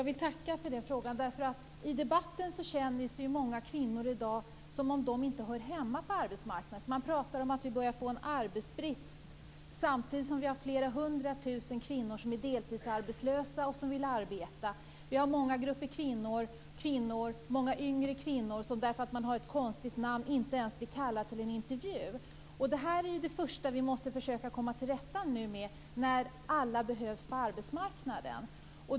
Fru talman! Jag vill tacka för det. I debatten känner ju många kvinnor i dag det som att de inte hör hemma på arbetsmarknaden. Men man pratar ju om att vi börjar få arbetskraftsbrist, samtidigt som flera hundra tusen kvinnor är deltidsarbetslösa och vill arbeta. Vi har många yngre kvinnor som därför att de har ett konstigt namn inte ens blir kallade till intervju. Det är det första som vi måste försöka komma till rätta med nu när alla behövs på arbetsmarknaden.